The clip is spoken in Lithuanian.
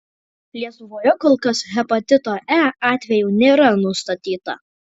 lietuvoje kol kas hepatito e atvejų nėra nustatyta